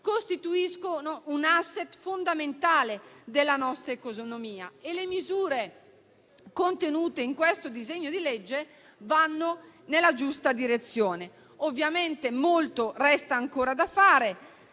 costituiscono un *asset* fondamentale della nostra economia e le misure contenute in questo disegno di legge vanno nella giusta direzione. Ovviamente molto resta ancora da fare.